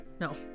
No